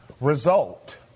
result